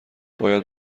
باید